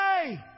Hey